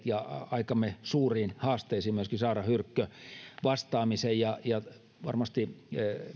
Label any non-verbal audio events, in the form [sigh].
[unintelligible] ja aikamme suuriin haasteisiin vastaamisen varmasti